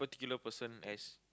particular person as